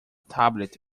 tablet